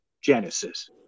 Genesis